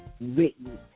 written